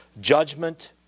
Judgment